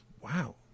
Wow